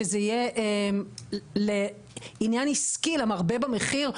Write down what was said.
שזה יהיה לעניין עסקי למרבה במחיר,